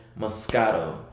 Moscato